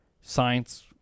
science